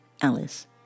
Alice